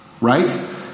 right